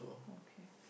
okay